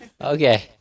Okay